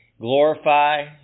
glorify